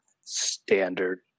standard